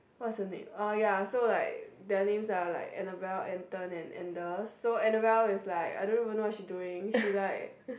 what's her name ah ya so like their name are like Annabelle Anton and Anders so Anabelle is like I don't even know what she doing she like